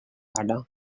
pare